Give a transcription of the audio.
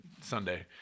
Sunday